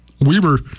Weber